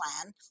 plan